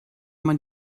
man